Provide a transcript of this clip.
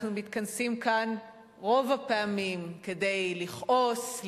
אנחנו מתכנסים כאן כדי לכעוס,